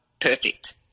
perfect